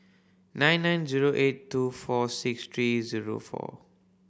nine nine zero eight two four six three zero four